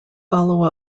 follow